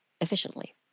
efficiently